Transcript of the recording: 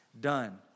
done